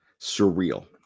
surreal